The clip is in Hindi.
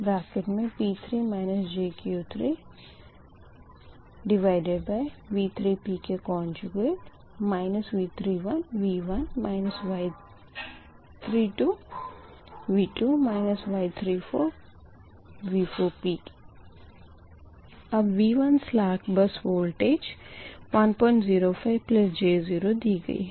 V3p11Y33P3 jQ3V3p Y31V1 Y32V2 Y34V4p अब V1 सलेक बस वोल्टेज 105j0 दी गयी है